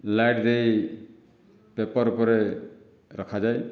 light ଦେଇ paper ଉପରେ ରଖାଯାଏ